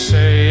Say